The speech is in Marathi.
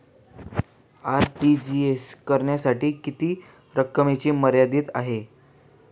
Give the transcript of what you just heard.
आर.टी.जी.एस करण्यासाठी किती रकमेची मर्यादा आहे?